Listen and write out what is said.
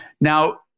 Now